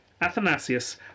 Athanasius